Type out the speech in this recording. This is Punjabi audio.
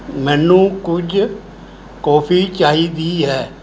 ਮੈਨੂੰ ਕੁਝ ਕੌਫੀ ਚਾਹੀਦੀ ਹੈ